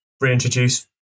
reintroduce